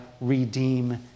redeem